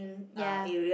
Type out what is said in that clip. ya